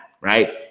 Right